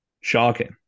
Shocking